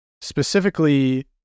specifically